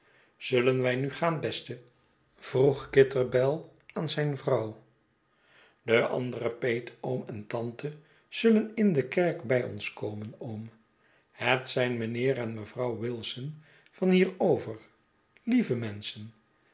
zullen wij nu gaan beste vroeg kitterbell aan zijn vrouw de andere peetoom en tante zullen in de kerk bij ons komen oom het zijn mynheer en mevrouw wilson vanhier over lieve menschen